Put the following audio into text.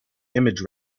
image